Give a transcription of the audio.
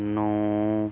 ਨੂੰ